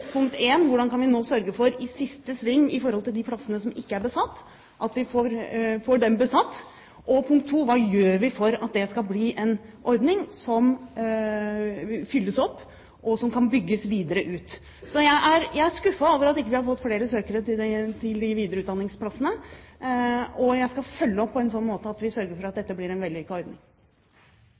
Punkt 1: Hvordan kan vi nå, i siste sving, sørge for å få besatt de plassene som ennå ikke er besatt? Punkt 2: Hva gjør vi for at det skal bli en ordning som fylles opp, og som kan bygges videre ut? Jeg er skuffet over at vi ikke har fått flere søkere til de videreutdanningsplassene, og jeg skal følge opp på en slik måte at vi sørger for at dette blir en vellykket ordning.